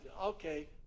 okay